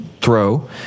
throw